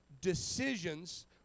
decisions